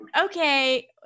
okay